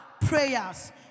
Prayers